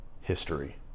history